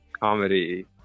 comedy